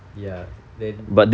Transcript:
ya then